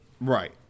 right